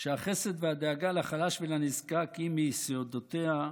שהחסד והדאגה לחלש ולנזקק הם מיסודותיה,